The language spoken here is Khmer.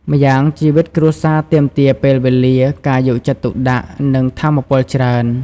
ម្យ៉ាងជីវិតគ្រួសារទាមទារពេលវេលា ការយកចិត្តទុកដាក់ និងថាមពលច្រើន។